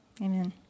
Amen